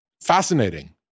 Fascinating